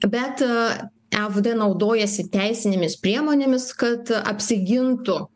bet afd naudojasi teisinėmis priemonėmis kad apsigintų